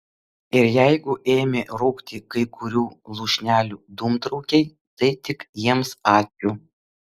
ir jeigu ėmė rūkti kai kurių lūšnelių dūmtraukiai tai tik jiems ačiū